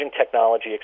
technology